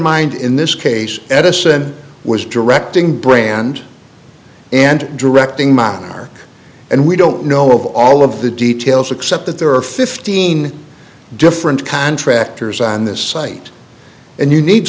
mind in this case edison was directing brand and directing monitor and we don't know of all of the details except that there are fifteen different contractors on this site and you need